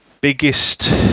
biggest